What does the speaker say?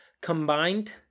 combined